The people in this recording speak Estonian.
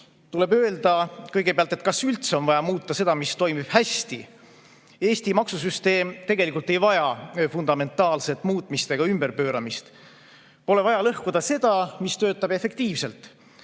[vastata küsimusele], kas üldse on vaja muuta seda, mis toimib hästi. Eesti maksusüsteem tegelikult ei vaja fundamentaalset muutmist ega ümberpööramist. Pole vaja lõhkuda seda, mis töötab efektiivselt.